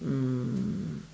um